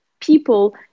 people